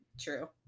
true